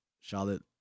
Charlotte